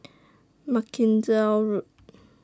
Mackenzie Road